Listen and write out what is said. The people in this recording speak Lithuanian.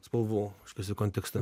spalvų visų kontekste